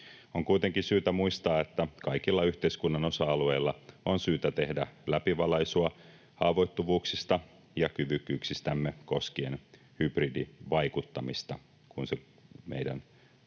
On kuitenkin syytä muistaa, että kaikilla yhteiskunnan osa-alueilla on syytä tehdä läpivalaisua haavoittuvuuksista ja kyvykkyyksistämme koskien hybridivaikuttamista, kun se meidän